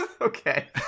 Okay